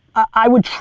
i would try,